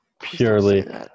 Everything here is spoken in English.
purely